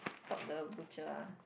talk the butcher ah